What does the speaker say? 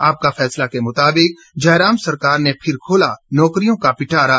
आपका फैसला के मुताबिक जयराम सरकार ने फिर खोला नौकरियों का पिटारा